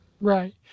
Right